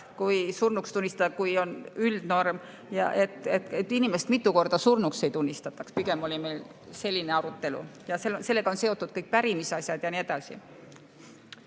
surnuks tunnistada. Et ei juhtuks, et inimene mitu korda surnuks tunnistatakse. Pigem oli meil selline arutelu. Sellega on seotud kõik pärimisasjad ja nii edasi.